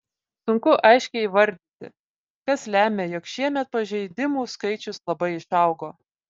sunku aiškiai įvardyti kas lemia jog šiemet pažeidimų skaičius labai išaugo